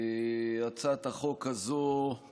הצעת החוק הזאת היא